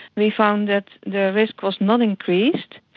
we found that the risk was not increased,